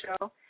Show